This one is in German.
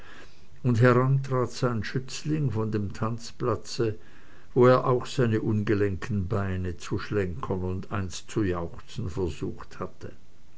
und heran trat sein schützling von dem tanzplatze wo er auch seine ungelenken beine zu schlenkern und eins zu jauchzen versucht hatte